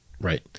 right